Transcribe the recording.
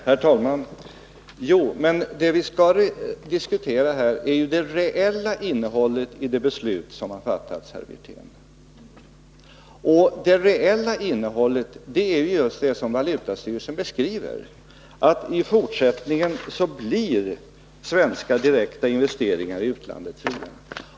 Herr talman! Men det vi skall diskutera är ju det reella innehållet i det beslut som har fattats, herr Wirtén, och det reella innehållet är just det som valutastyrelsen beskriver, att svenska direkta investeringar i utlandet i fortsättningen blir fria.